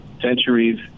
centuries